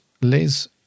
Liz